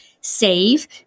save